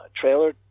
trailer